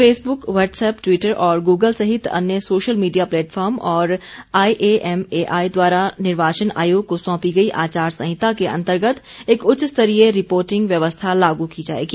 Facebook WhatsApp Twitter और Google सहित अन्य सोशल मीडिया प्लेटफॉर्म और आईएएमएआई द्वारा निर्वाचन आयोग को सौंपी गई आचार संहिता के अंतर्गत एक उच्च स्तरीय रिपोर्टिंग व्यवस्था लागू की जाएगी